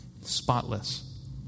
spotless